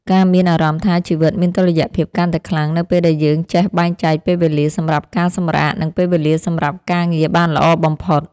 ការមានអារម្មណ៍ថាជីវិតមានតុល្យភាពកាន់តែខ្លាំងនៅពេលដែលយើងចេះបែងចែកពេលវេលាសម្រាប់ការសម្រាកនិងពេលវេលាសម្រាប់ការងារបានល្អបំផុត។